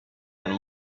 and